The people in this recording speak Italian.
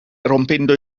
rompendo